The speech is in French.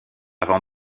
avant